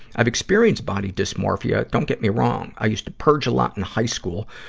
i've experience body dysmorphia don't get me wrong i used to purge a lot in high school,